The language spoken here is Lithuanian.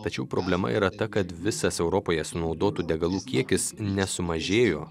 tačiau problema yra ta kad visas europoje sunaudotų degalų kiekis ne sumažėjo